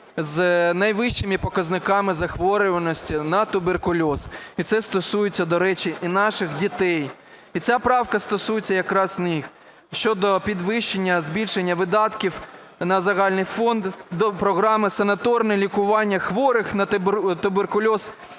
з найвищими показниками захворюваності на туберкульоз. І це стосується, до речі, і наших дітей. І ця правка стосується якраз них – щодо підвищення збільшення видатків на загальний фонд до програми "Санаторне лікування хворих на туберкульоз